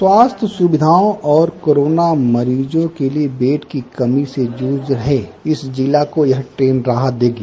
स्वास्थ्य सुविधाओं और कोरोना मरीजों के लिये बेड की कमी से जूझ रहे इस जिले को यह ट्रेन राहत देगी